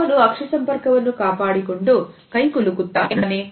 ಅವನು ಅಕ್ಷಿ ಸಂಪರ್ಕವನ್ನು ಕಾಪಾಡಿಕೊಂಡು ಕೈ ಕುಲುಕುತ್ತಾ ಏನನ್ನು ಮಾತನಾಡುತ್ತಿದ್ದಾನೆ